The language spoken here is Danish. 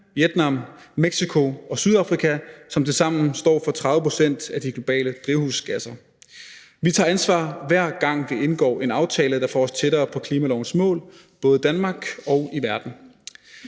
Vietnam, Mexico og Sydafrika, som tilsammen står for 30 pct. af de globale drivhusgasser. Vi tager ansvar, hver gang vi indgår en aftale, der får os tættere på klimalovens mål, både i Danmark og i verden.